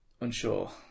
unsure